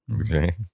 Okay